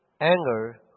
anger